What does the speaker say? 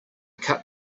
cut